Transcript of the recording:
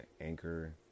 Anchor